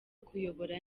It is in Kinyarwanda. kuyobora